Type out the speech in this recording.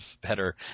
better